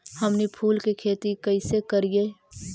हमनी फूल के खेती काएसे करियय?